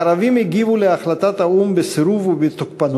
הערבים הגיבו על החלטת האו"ם בסירוב ובתוקפנות,